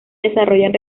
desarrollan